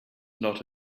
not